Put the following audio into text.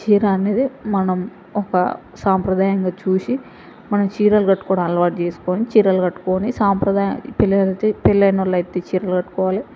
చీర అనేది మనం ఒక సాంప్రదాయంగా చూసి మనం చీరలు కట్టుకోవడం అలవాటు చేసుకొని చీరలు కట్టుకుని సాంప్రదాయ పెళ్ళి అయి పెళ్ళి అయినవాళ్ళకే చీరలు కట్టుకోవాలి